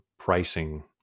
pricing